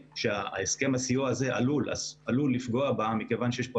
והסכם הסיוע הזה עלול לפגוע בה מכיוון שיש פה